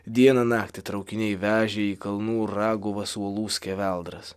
dieną naktį traukiniai vežė į kalnų raguvas uolų skeveldras